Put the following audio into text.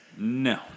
No